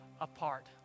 apart